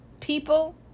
people